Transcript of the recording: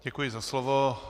Děkuji za slovo.